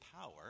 power